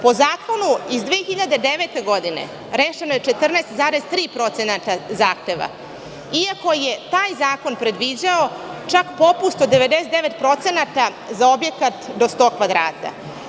Po zakonu iz 2009. godine rešeno je 14,3% zahteva, iako je taj zakon predviđao čak popust od 99% za objekat do 100 kvadrata.